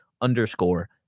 underscore